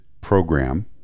program